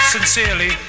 Sincerely